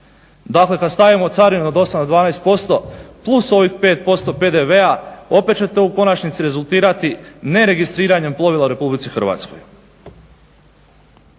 Dakle, kad stavimo carinu od 8 do 12% plus ovih 5% PDV-a opet će to u konačnici rezultirati neregistriranjem plovila u Republici Hrvatskoj.